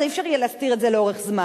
לא יהיה אפשר להסתיר את זה לאורך זמן,